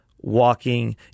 walking